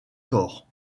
corps